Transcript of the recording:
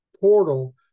portal